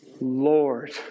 Lord